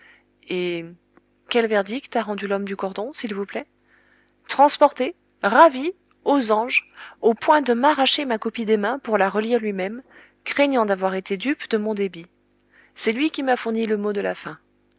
et quel verdict a rendu l'homme du cordon s'il vous plaît transporté ravi aux anges au point de m'arracher ma copie des mains pour la relire lui-même craignant d'avoir été dupe de mon débit c'est lui qui m'a fourni le mot de la fin